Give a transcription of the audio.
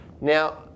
Now